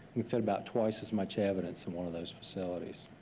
we fit about twice as much evidence in one of those facilities.